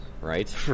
right